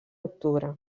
octubre